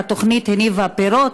והתוכנית הניבה פירות,